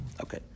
Okay